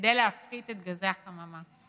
כדי להפחית את גזי החממה.